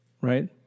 Right